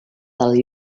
del